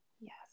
Yes